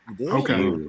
Okay